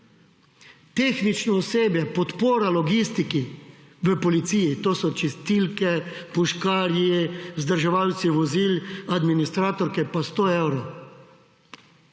tehnično osebje, podpora logistiki, v policiji, to so čistilke, puškarji, vzdrževalci vozil, administratorke, pa 100 evrov.